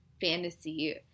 fantasy